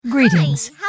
Greetings